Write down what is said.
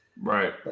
Right